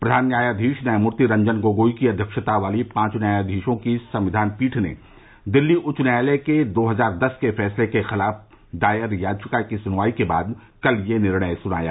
प्रधान न्यायाधीश न्यायमूर्ति रंजन गोगोई की अध्यक्षता वाली पांच न्यायाधीशों की संविधान पीठ ने दिल्ली उच्च न्यायालय के दो हजार दस के फैसले के खिलाफ दायर याचिका की सुनवाई के बाद कल ये निर्णय सुनाया